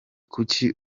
kuki